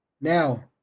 Now